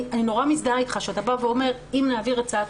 אני נורא ומזדהה איתך שאתה בא ואומר: אם נעביר הצעת